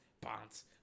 bounce